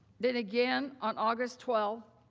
then again on august twelve.